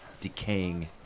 decaying